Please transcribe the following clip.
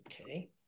Okay